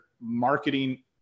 marketing